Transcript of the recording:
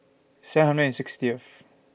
seven hundred and sixtieth